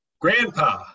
Grandpa